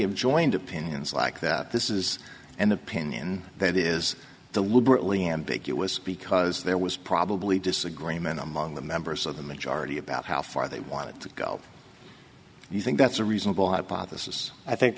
have joined opinions like that this is an opinion that is deliberately ambiguous because there was probably disagreement among the members of the majority about how far they wanted to go you think that's a reasonable hypothesis i think